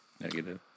Negative